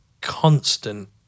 constant